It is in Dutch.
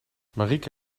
marieke